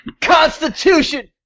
Constitution